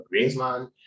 Griezmann